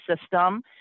system